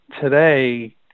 today